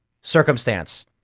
circumstance